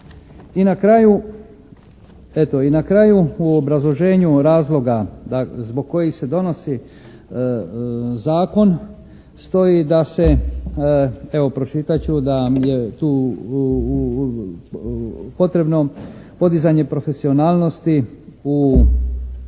i na kraju u obrazloženju razloga zbog kojih se donosi zakon stoji da se evo pročitat ću da je tu potrebno podizanje profesionalnosti u razvoju